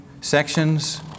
sections